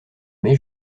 mai